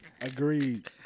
Agreed